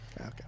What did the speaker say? Okay